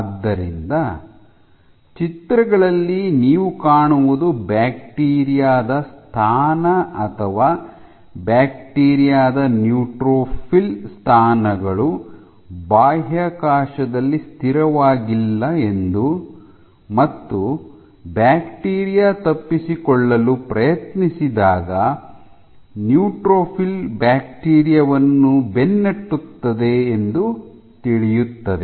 ಆದ್ದರಿಂದ ಈ ಚಿತ್ರಗಳಲ್ಲಿ ನೀವು ಕಾಣುವುದು ಬ್ಯಾಕ್ಟೀರಿಯಾ ದ ಸ್ಥಾನ ಅಥವಾ ಬ್ಯಾಕ್ಟೀರಿಯಾ ದ ನ್ಯೂಟ್ರೋಫಿಲ್ ಸ್ಥಾನಗಳು ಬಾಹ್ಯಾಕಾಶದಲ್ಲಿ ಸ್ಥಿರವಾಗಿಲ್ಲ ಎಂದು ಮತ್ತು ಬ್ಯಾಕ್ಟೀರಿಯಾ ತಪ್ಪಿಸಿಕೊಳ್ಳಲು ಪ್ರಯತ್ನಿಸಿದಾಗ ನ್ಯೂಟ್ರೋಫಿಲ್ ಬ್ಯಾಕ್ಟೀರಿಯಾ ವನ್ನು ಬೆನ್ನಟ್ಟುತ್ತದೆ ಎಂದು ತಿಳಿಯುತ್ತದೆ